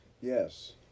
Yes